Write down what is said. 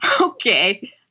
Okay